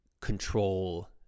control